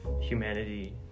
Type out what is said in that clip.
humanity